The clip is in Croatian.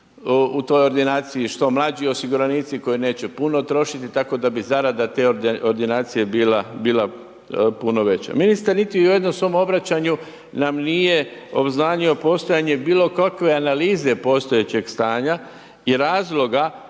u toj ordinaciji što mlađi osiguranici koji neće puno trošiti tako da bi zarada te ordinacije bila puno veća. Ministar niti u jednom svom obraćanju nam nije obznanio postojanje bilo kakve analize postojećeg stanja i razloga